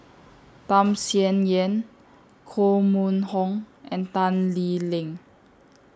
Tham Sien Yen Koh Mun Hong and Tan Lee Leng